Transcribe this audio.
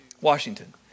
Washington